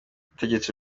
yategetse